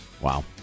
Wow